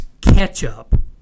ketchup